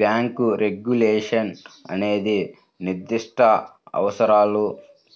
bank regulation అనేది నిర్దిష్ట అవసరాలు,